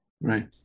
Right